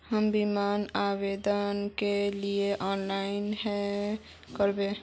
हम बीमा आवेदान के लिए ऑनलाइन कहाँ करबे?